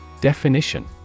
Definition